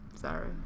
Sorry